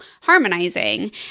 harmonizing